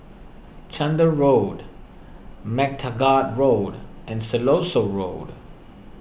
Chander Road MacTaggart Road and Siloso Road